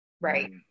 Right